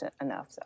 enough